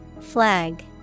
Flag